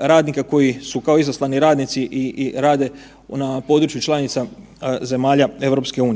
radnika koji su kao izaslani radnici i rade na području članica zemalja EU.